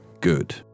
Good